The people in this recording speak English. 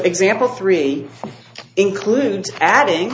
example three includes adding